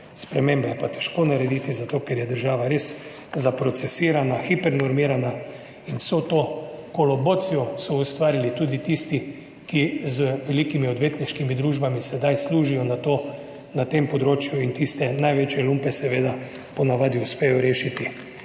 Spremembe je pa težko narediti, zato ker je država res zaprocesirana, hiper normirana in vso to kolobocijo so ustvarili tudi tisti, ki z velikimi odvetniškimi družbami sedaj služijo na tem področju in tiste največje lumpe seveda po navadi uspejo rešiti.